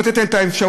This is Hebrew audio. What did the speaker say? לתת להם את האפשרות,